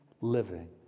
living